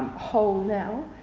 whole now,